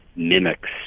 mimics